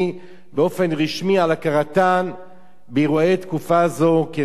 באופן רשמי על הכרתן באירועי תקופה זו כרצח עם.